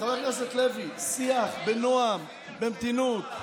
חבר הכנסת לוי, שיח בנועם, במתינות.